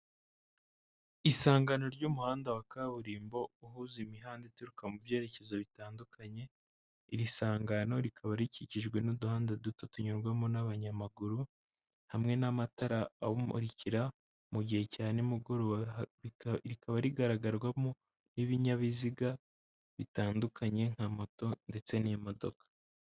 Isangano ry'umuhanda wa kaburimbo uhuza imihanda ituruka mu byerekezo bitandukanye, iri sangano rikaba rikikijwe n'uduhanda duto tunyurwamo n'abanyamaguru hamwe n'amatara awumurikira mu gihe cya nimugoroba, rikaba rigaragarwamo n'ibinyabiziga bitandukanye nka moto ndetse n'imodoka.